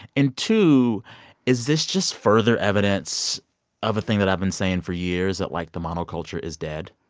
and two is this just further evidence of a thing that i've been saying for years that, like, the monoculture is dead?